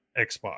Xbox